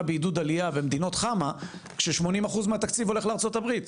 בעידוד עלייה במדינות חמ"ע כש-80% מהתקציב הולך לארצות הברית.